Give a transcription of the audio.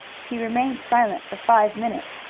he remained silent for five minutes.